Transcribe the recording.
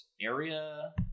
area